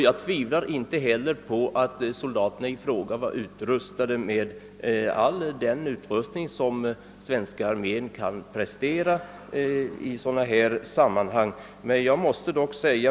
Jag tvivlar inte på att soldaterna var försedda med all den utrustning som svenska armén har möjlighet att åstadkomma i sådana här sammanhang.